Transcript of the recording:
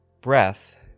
Breath